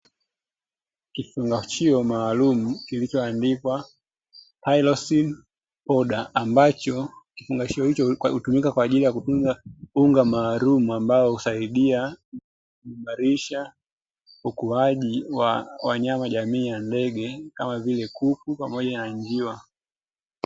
Kifungashio maalumu kilicho andikwa "TYLOSIN POWDER" ambacho kifungashio hicho hutumika kwaajili kutunza unga maalumu ambao husaidia kuimarisha ukuaji wa wanyama jamii ya ndege kama vile kuku pamoja na njiwa.